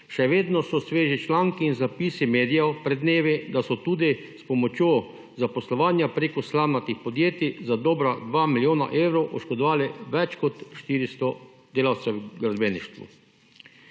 še vedno so sveži članki in zapisi medijev pred dnevi, da so tudi s pomočjo zaposlovanja preko slamnatih podjetij za dobra 2 milijona evrov oškodovali več kot 400 delavcev v gradbeništvu.